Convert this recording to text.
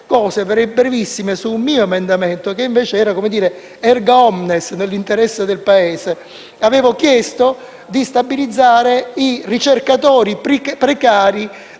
cose brevissime su un mio emendamento, che invece era *erga omnes*, nell'interesse del Paese: avevo chiesto di stabilizzare i ricercatori precari